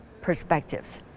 perspectives